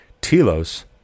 Telos